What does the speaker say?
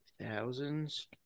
thousands